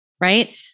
right